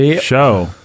show